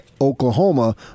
Oklahoma